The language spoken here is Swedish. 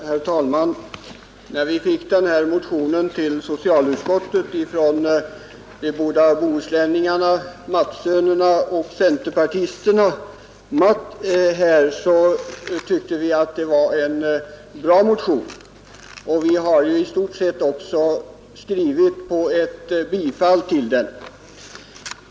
Herr talman! När vi fick den här motionen till socialutskottet från de båda bohuslänningarna, Mattssönerna och centerpartisterna, tyckte vi att det var en bra motion, något som vi också understryker i betänkandet.